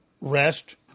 rest